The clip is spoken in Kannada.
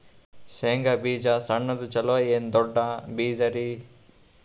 ಶೇಂಗಾ ಬೀಜ ಸಣ್ಣದು ಚಲೋ ಏನ್ ದೊಡ್ಡ ಬೀಜರಿ?